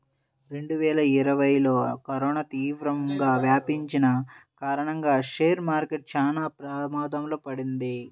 రెండువేల ఇరవైలో కరోనా తీవ్రంగా వ్యాపించిన కారణంగా షేర్ మార్కెట్ చానా ప్రమాదంలో పడింది